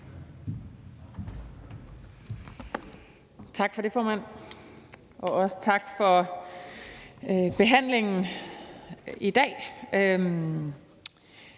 Tak for det, formand. Også tak for behandlingen i dag.